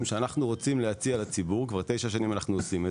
שאנחנו רוצים להציע לציבור להיות הבנק,